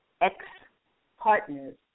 ex-partners